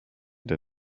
der